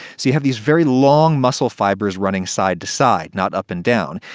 so you have these very long muscle fibers running side to side, not up and down.